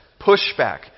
pushback